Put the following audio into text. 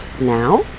now